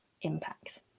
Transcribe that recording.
impacts